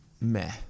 meh